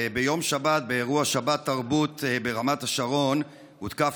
ביום שבת באירוע שבת תרבות ברמת השרון הותקף